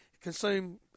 consume –